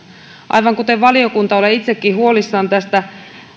aivan kuten valiokunta olen itsekin huolissani tästä